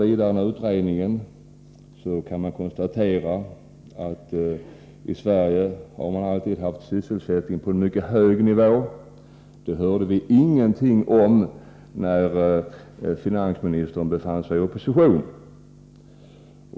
IT utredningen kan man vidare läsa att sysselsättningen i Sverige alltid legat på en mycket hög nivå. Det hörde vi ingenting om när finansministern befann sig i opposition.